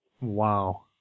Wow